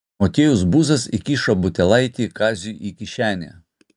motiejus buzas įkišo butelaitį kaziui į kišenę